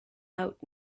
out